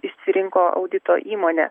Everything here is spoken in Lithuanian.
išsirinko audito įmonę